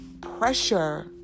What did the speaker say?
pressure